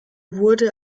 wurde